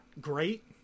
great